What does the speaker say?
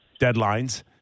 deadlines